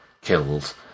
killed